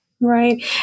Right